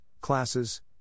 classes